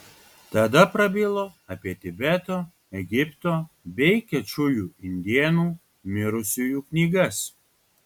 tada prabilo apie tibeto egipto bei kečujų indėnų mirusiųjų knygas